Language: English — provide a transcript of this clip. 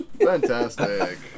Fantastic